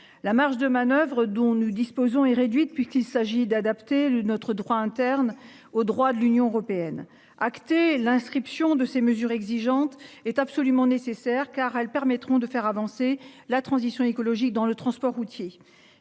la marge de manoeuvre dont nous disposons est réduite puisqu'il s'agit d'adapter notre droit interne au droit de l'Union européenne acté l'inscription de ces mesures exigeante est absolument nécessaire car elles permettront de faire avancer la transition écologique dans le transport routier